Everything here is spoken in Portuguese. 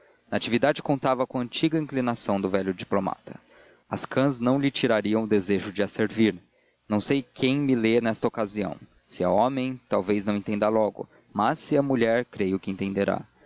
digo natividade contava com a antiga inclinação do velho diplomata as cãs não lhe tirariam o desejo de a servir não sei quem me lê nesta ocasião se é homem talvez não entenda logo mas se é mulher creio que entenderá